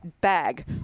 bag